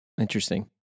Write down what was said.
Interesting